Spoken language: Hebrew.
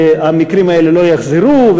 והמקרים האלה לא יחזרו,